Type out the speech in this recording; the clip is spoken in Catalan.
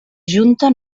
junta